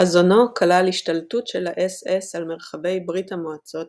חזונו כלל השתלטות של האס אס על מרחבי ברית המועצות